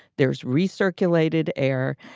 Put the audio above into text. there's recirculated air.